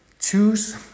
choose